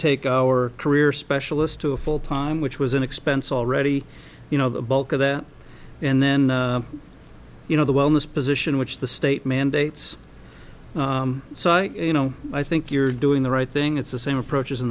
take our career specialist to a full time which was an expense already you know the bulk of that and then you know the wellness position which the state mandates so you know i think you're doing the right thing it's the same approach as in